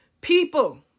People